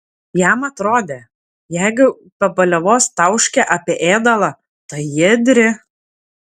jam atrodė jeigu be paliovos tauškia apie ėdalą tai ji ėdri